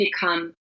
become